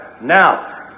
Now